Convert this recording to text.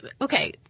okay